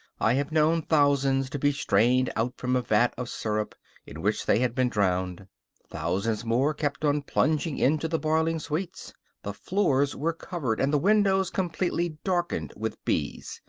i have known thousands to be strained out from a vat of sirup in which they had been drowned thousands more kept on plunging into the boiling sweets the floors were covered and the windows completely darkened with bees,